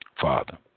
father